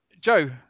joe